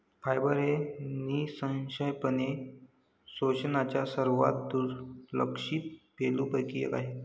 fibre हे निःसंशयपणे पोषणाच्या सर्वात दुर्लक्षित पैलूंपैकी एक आहे